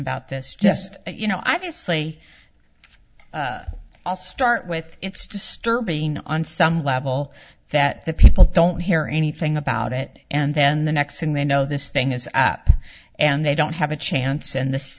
about this just you know i just say i'll start with it's disturbing on some level that the people don't care anything about it and then the next thing they know this thing is up and they don't have a chance and this